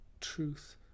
truth